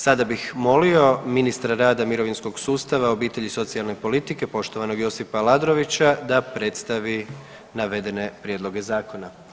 Sada bih molio ministra rada, mirovinskog sustava, obitelji i socijalne politike poštovanog Josipa Aladrovića da predstavi navedene prijedloge zakona.